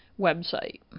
website